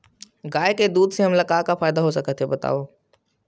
गाय के दूध से हमला का का फ़ायदा हो सकत हे बतावव?